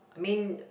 I mean